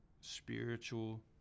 spiritual